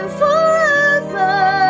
forever